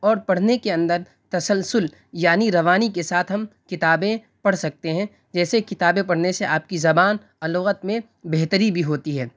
اور پڑھنے کے اندر تسلسل یعنی روانی کے ساتھ ہم کتابیں پڑھ سکتے ہیں جیسے کتابیں پڑھنے سے آپ کی زبان اور لغت میں بہتری بھی ہوتی ہے